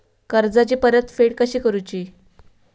कर्जाची परतफेड कशी करुची?